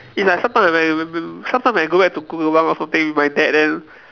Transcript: it's like sometimes when we we sometimes when I go back to Kluang or something with my dad then